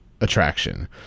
attraction